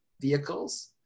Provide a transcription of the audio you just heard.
vehicles